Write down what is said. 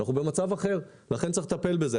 אנחנו במצב אחר, לכן צריך לטפל בזה.